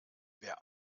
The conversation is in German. wer